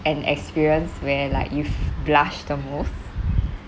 an experience where like you blushed the most